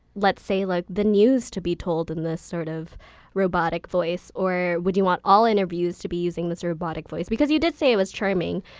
let's say like the news, to be told in this sort of robotic voice? or would you want all interviews to be using this robotic voice? because you did say it was charming.